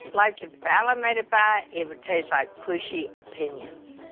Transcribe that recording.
like, if alan made a pie, it would taste like pushy opinions.